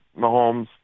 Mahomes